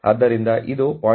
ಆದ್ದರಿಂದ ಇದು 0